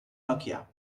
nokia